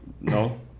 No